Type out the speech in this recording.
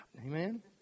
Amen